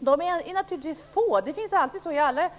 De är naturligtvis få.